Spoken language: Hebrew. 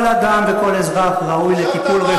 ולכן, כל אדם וכל אזרח ראוי לטיפול רפואי.